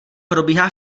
probíhá